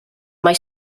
mai